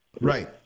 Right